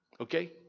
Okay